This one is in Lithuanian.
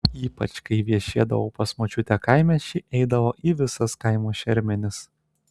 ypač kai viešėdavau pas močiutę kaime ši eidavo į visas kaimo šermenis